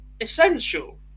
essential